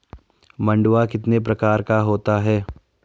मंडुआ कितने प्रकार का होता है?